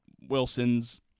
Wilson's